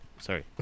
Sorry